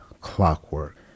clockwork